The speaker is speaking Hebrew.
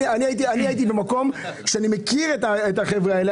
אני הייתי במקום שאני מכיר את החבר'ה האלה.